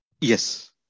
Yes